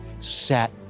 set